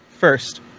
First